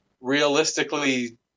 realistically